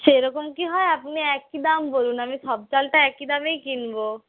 সেরকম কি হয় আপনি একই দাম বলুন আমি সব চালটা একই দামেই কিনবো